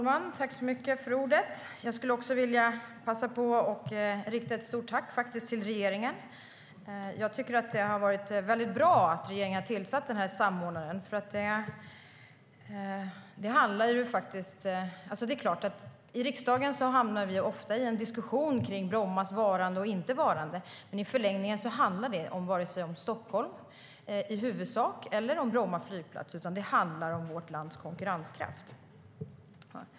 Fru talman! Låt mig rikta ett stort tack till regeringen. Det var mycket bra att regeringen tillsatte samordnaren. I riksdagen hamnar vi ofta i en diskussion om Brommas vara eller inte vara, men i förlängningen handlar det varken om Stockholm eller Bromma flygplats utan om vårt lands konkurrenskraft.